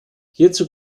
hierzu